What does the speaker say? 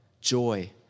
joy